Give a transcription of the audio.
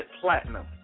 platinum